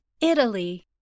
Italy